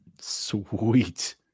Sweet